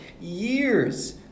years